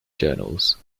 journals